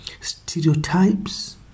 stereotypes